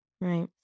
Right